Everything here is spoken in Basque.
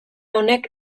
honek